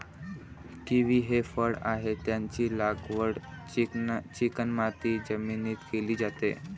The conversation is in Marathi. किवी हे फळ आहे, त्याची लागवड चिकणमाती जमिनीत केली जाते